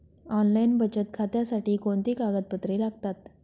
Online बचत खात्यासाठी कोणती कागदपत्रे लागतात?